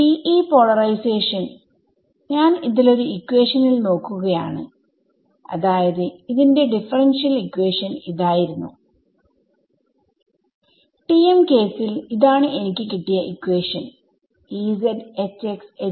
TE polarisation ഞാൻ ഇതിലൊരു ഇക്വേഷനിൽ നോക്കുകയാണ് അതായത് ഇതിന്റെ ഡിഫറെൻഷിയൽ ഇക്വേഷൻ ഇതായിരുന്നു TM കേസിൽ ഇതാണ് എനിക്ക് കിട്ടിയ ഇക്വേഷൻ Ez Hx Hy